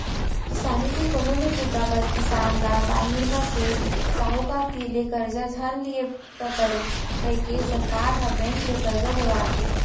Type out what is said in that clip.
किसानी के कोनो भी बूता बर किसान ल बाहिर म सेठ, साहूकार तीर ले करजा झन लिये बर परय कइके सरकार ह बेंक ले करजा देवात हे